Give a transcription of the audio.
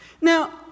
Now